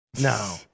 No